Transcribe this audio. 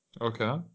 Okay